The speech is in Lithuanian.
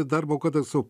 darbo kad esu